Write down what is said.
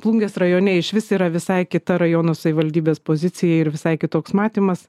plungės rajone išvis yra visai kita rajono savivaldybės pozicija ir visai kitoks matymas